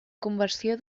conversió